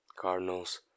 Cardinals